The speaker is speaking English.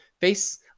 face